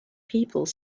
people